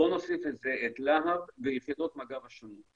בוא נוסיף לזה את להב ויחידות מג"ב השונות.